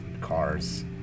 cars